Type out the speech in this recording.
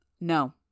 No